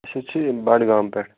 أسۍ حظ چھِ بَڈگام پٮ۪ٹھ